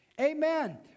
Amen